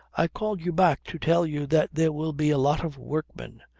i called you back to tell you that there will be a lot of workmen,